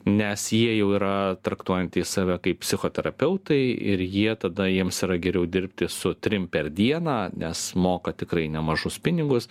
nes jie jau yra traktuojantys save kaip psichoterapeutai ir jie tada jiems yra geriau dirbti su trim per dieną nes moka tikrai nemažus pinigus